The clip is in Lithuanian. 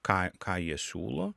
ką ką jie siūlo